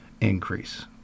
increase